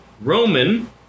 Roman